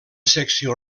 secció